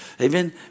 Amen